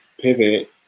pivot